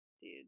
Dude